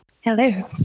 Hello